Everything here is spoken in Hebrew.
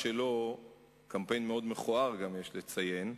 קמפיין מאוד מכוער, יש לציין.